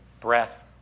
breath